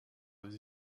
les